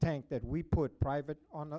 tank that we put private on